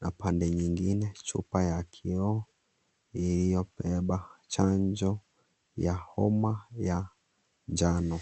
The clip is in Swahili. na pande nyingine chupa ya kioo, iliyobeba chanjo ya homa ya njano.